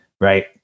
right